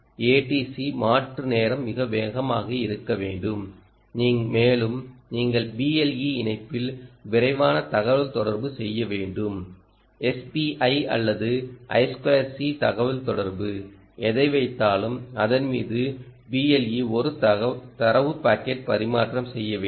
ADC மாற்று நேரம் மிக வேகமாக இருக்க வேண்டும் மேலும் நீங்கள் பிஎல்இ இணைப்பில் விரைவான தகவல்தொடர்பு செய்ய வேண்டும் எஸ்பிஐ அல்லது ஐ 2 சி தகவல்தொடர்பு எதை வைத்தாலும் அதன் மீது பிஎல்இ ஒரு தரவு பாக்கெட் பரிமாற்றம் செய்ய வேண்டும்